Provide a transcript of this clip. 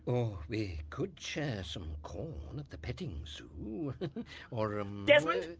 or we could share some corn at the petting zoo, or, um desmond.